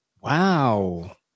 Wow